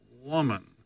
woman